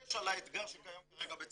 ובדגש על האתגר שקיים כרגע בצרפת,